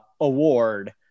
award